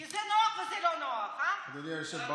כי זה נוח וזה לא נוח, לא,